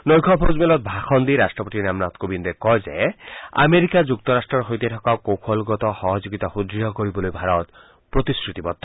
নৈশ ভোজত ভাষণ দি ৰাট্ট্ৰপতি ৰামনাথ কোবিন্দে কয় যে আমেৰিকা যুক্তৰাট্টৰ সৈতে থকা কৌশলগত সহযোগিতা সুদৃঢ় কৰিবলৈ ভাৰত প্ৰতিশ্ৰুতিৱদ্ধ